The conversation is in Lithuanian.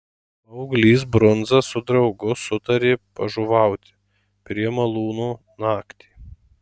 paauglys brundza su draugu sutarė pažuvauti prie malūno naktį